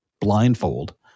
blindfold